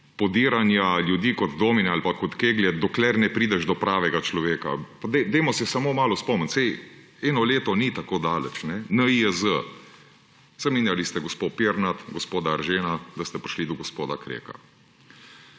podiranja ljudi kot domin ali pa kot kegljev, dokler ne prideš do pravega človeka. Dajmo se samo malo spomniti, saj eno leto ni tako daleč. NIJZ – zamenjali ste gospo Pirnat, gospoda Eržena, da ste prišli do gospoda Kreka.